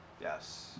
Yes